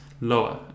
lower